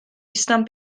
stamp